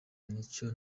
nicyo